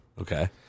Okay